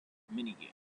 minigames